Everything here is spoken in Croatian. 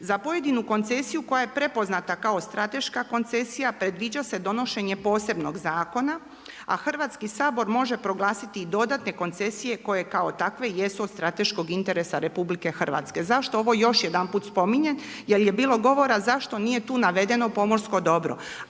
Za pojedinu koncesiju koja je prepoznata kao strateška koncesija predviđa se donošenje posebnog zakona, a Hrvatski sabor može proglasiti i dodatne koncesije koje kao takve jesu od strateškog interesa Republike Hrvatske. Zašto ovo još jedanput spominjem? Jer je bilo govora zašto nije tu navedeno pomorsko dobro.